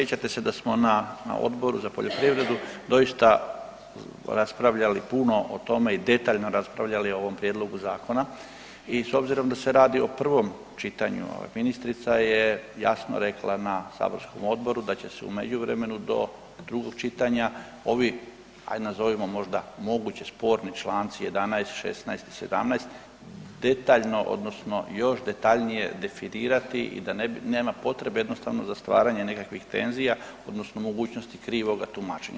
Sjećate se da smo na Odboru za poljoprivredu doista raspravljali puno o tome i detaljno raspravljali o ovom prijedlogu zakona i s obzirom da se radi o prvom čitanju, ministrica je jasno rekla na saborskom odboru da će se u međuvremenu do drugog čitanja ovi, ajd nazivamo možda moguće sporni članci 11., 16. i 17. detaljno odnosno još detaljnije definirati i da nema potrebe jednostavno za stvaranjem nekakvih tenzija odnosno mogućnosti krivoga tumačenja.